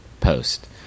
Post